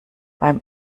beim